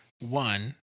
One